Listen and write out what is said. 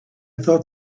thought